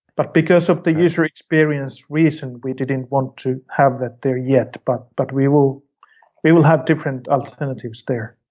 but because of the user experience recently, we didn't want to have that there yet but but we will we will have different alternatives there